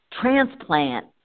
transplant